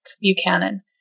Buchanan